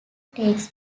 takes